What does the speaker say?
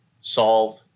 solve